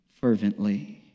fervently